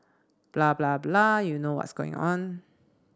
blah blah blah you know what's going on